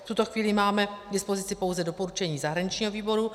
V tuto chvíli máme k dispozici pouze doporučení zahraničního výboru.